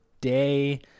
day